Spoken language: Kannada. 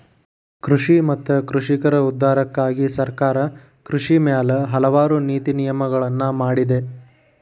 ಕೃಷಿ ಮತ್ತ ಕೃಷಿಕರ ಉದ್ಧಾರಕ್ಕಾಗಿ ಸರ್ಕಾರ ಕೃಷಿ ಮ್ಯಾಲ ಹಲವಾರು ನೇತಿ ನಿಯಮಗಳನ್ನಾ ಮಾಡಿದೆ